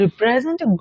represent